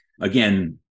again